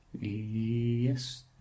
Yes